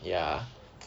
ya